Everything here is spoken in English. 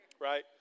right